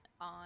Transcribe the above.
on